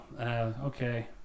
okay